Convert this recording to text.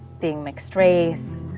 being mixed raced,